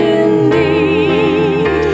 indeed